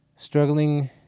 struggling